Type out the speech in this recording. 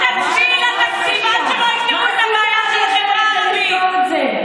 זה לא היה קורה לשנייה.